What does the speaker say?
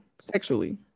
sexually